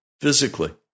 physically